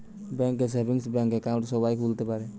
bank এ savings bank account সবাই খুলতে পারে